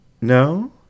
No